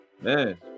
Man